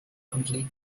complete